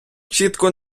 чітко